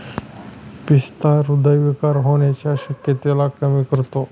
पिस्ता हृदय विकार होण्याच्या शक्यतेला कमी करतो